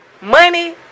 money